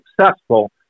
successful